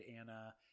Anna